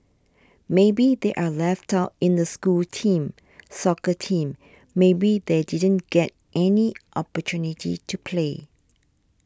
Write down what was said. maybe they are left out in the school teams soccer team maybe they didn't get any opportunity to play